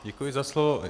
Děkuji za slovo.